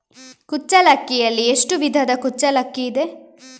ಕುಚ್ಚಲಕ್ಕಿಯಲ್ಲಿ ಎಷ್ಟು ವಿಧದ ಕುಚ್ಚಲಕ್ಕಿ ಇದೆ?